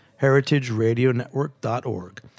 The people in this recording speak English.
heritageradionetwork.org